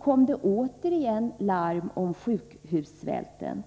kom återigen larm om sjukhussvälten.